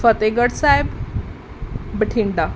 Fatehgarh Sahib Bathinda